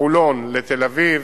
חולון לתל-אביב,